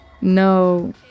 No